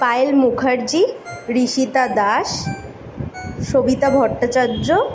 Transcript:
Payel Mukherjee Rishita Das Sabita Bhattacharya